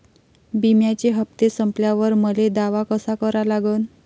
बिम्याचे हप्ते संपल्यावर मले दावा कसा करा लागन?